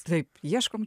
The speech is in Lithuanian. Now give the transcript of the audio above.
taip ieškom